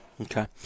Okay